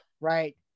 right